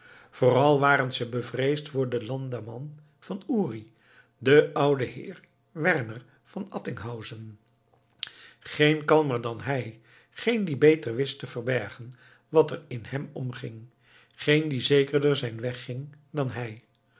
vooral waren ze bevreesd voor den landamman van uri den ouden heer werner van attinghausen geen kalmer dan hij geen die beter wist te verbergen wat er in hem omging geen die zekerder zijn weg ging dan hij